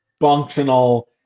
functional